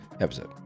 episode